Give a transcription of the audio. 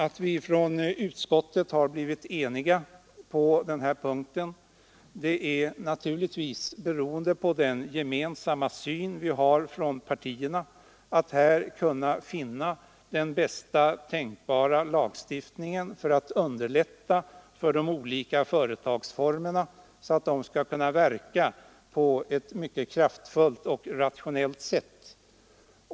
Att vi inom utskottet har blivit eniga på den här punkten beror naturligtvis på den gemensamma syn vi har i partierna när det gäller att kunna finna den bästa tänkbara lagstiftningen för att underlätta för de olika företagsformerna så att de skall kunna verka på ett mycket kraftfullt och rationellt sätt.